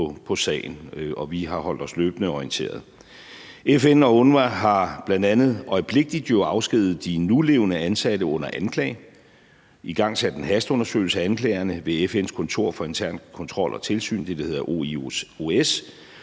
på sagen, og vi har holdt os løbende orienteret. FN og UNRWA har jo bl.a. øjeblikkelig afskediget de nulevende ansatte under anklage, igangsat en hasteundersøgelse af anklagerne ved FN's kontor for intern kontrol og tilsyn, altså det, der